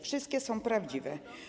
Wszystkie są prawdziwe.